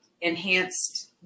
enhanced